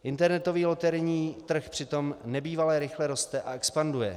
Internetový loterijní trh přitom nebývale rychle roste a expanduje.